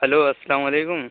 hello السّلام علیکم